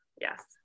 Yes